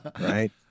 right